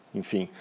enfim